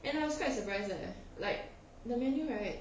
and I was quite surprised leh like the menu right